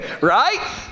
Right